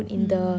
mm